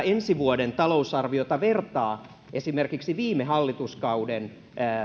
ensi vuoden talousarviota vertaa esimerkiksi viime hallituskauden